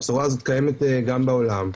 הבשורה הזו קיימת בעולם,